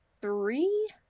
three